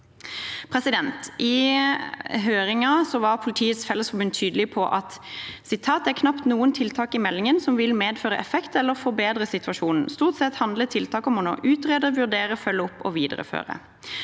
I høringen var Politiets Fellesforbund tydelig: «Det er knapt noen tiltak i meldingen som vil medføre effekt eller forbedre situasjonen. Stort sett handler tiltakene om å utrede, vurdere, følge opp og videreføre.»